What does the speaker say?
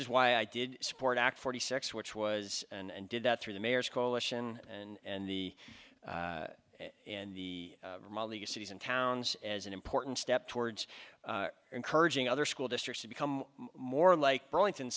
is why i did support act forty six which was and did that through the mayor's coalition and the and the cities and towns as an important step towards encouraging other school districts to become more like burlington